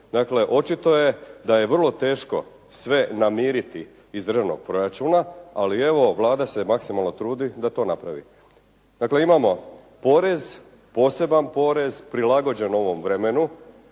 očito je da je vrlo teško sve namiriti iz državnog proračuna, ali evo Vlada se maksimalno trudi da to napravi. Dakle, imamo porez, poseban porez prilagođen ovom vremenu.